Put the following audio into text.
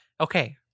Okay